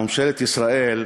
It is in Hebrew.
ממשלת ישראל,